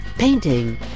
painting